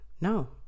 no